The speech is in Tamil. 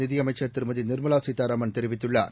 நிதியமைச்சர் திருமதி நிர்மலா சீதாராமன் தெரிவித்துள்ளார்